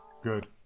Good